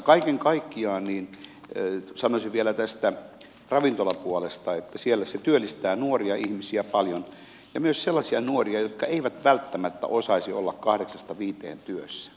kaiken kaikkiaan sanoisin vielä tästä ravintolapuolesta että se työllistää nuoria ihmisiä paljon ja myös sellaisia nuoria jotka eivät välttämättä osaisi olla kahdeksasta viiteen työssä